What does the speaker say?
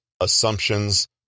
assumptions